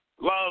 love